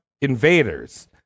invaders